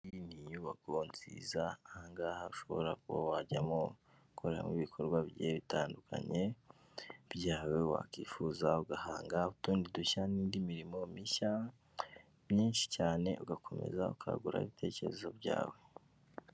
Iyi ni inyubako nziza, aha ngaha ushobora kuba wajyamo ugakoreramo ibikorwa bigiye bitandukanye byawe wakwifuza, ugahanga utundi dushya n'indi mirimo mishya myinshi cyane, ugakomeza ukagura ibitekerezo byawe.